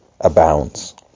abounds